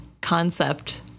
concept